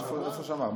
איפה שמר?